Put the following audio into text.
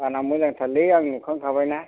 गाना मोजांथारलै आं नुखांखाबायना